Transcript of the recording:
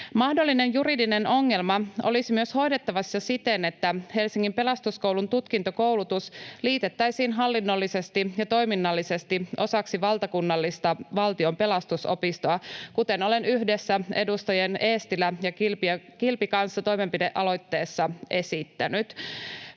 Mahdollinen juridinen ongelma olisi myös hoidettavassa siten, että Helsingin Pelastuskoulun tutkintokoulutus liitettäisiin hallinnollisesti ja toiminnallisesti osaksi valtakunnallista valtion Pelastusopistoa, kuten olen yhdessä edustajien Eestilä ja Kilpi kanssa toimenpidealoitteessa esittänyt.